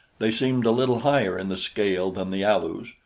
they seemed a little higher in the scale than the alus.